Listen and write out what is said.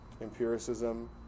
empiricism